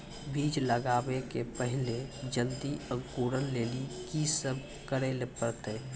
बीज लगावे के पहिले जल्दी अंकुरण लेली की सब करे ले परतै?